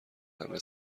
همه